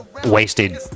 Wasted